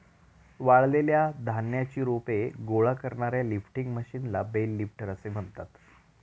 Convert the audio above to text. वाळलेल्या धान्याची रोपे गोळा करणाऱ्या लिफ्टिंग मशीनला बेल लिफ्टर असे म्हणतात